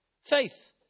Faith